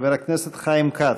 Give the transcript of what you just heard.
חבר הכנסת חיים כץ.